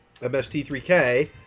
MST3K